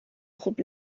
خوب